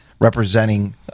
representing